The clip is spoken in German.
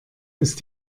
ist